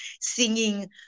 singing